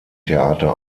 theater